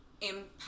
impact